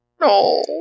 No